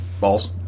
Balls